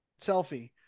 selfie